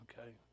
Okay